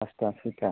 pasta सयथा